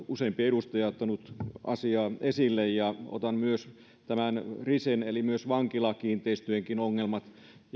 useampi edustaja ottanut esille ja minä otan myös risen eli vankilakiinteistöjenkin ongelmat